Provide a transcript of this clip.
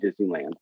Disneyland